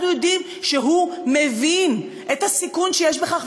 אנחנו יודעים שהוא מבין את הסיכון שיש בכך,